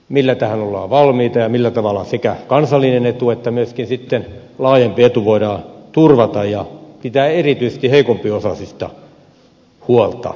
millä tähän ollaan valmiita ja millä tavalla sekä kansallinen etu että myöskin sitten laajempi etu voidaan turvata ja pitää erityisesti heikompiosaisista huolta